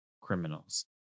criminals